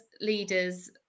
leaders